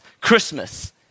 Christmas